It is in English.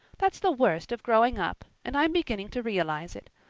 that's the worst of growing up, and i'm beginning to realize it.